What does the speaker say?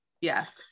yes